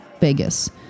Vegas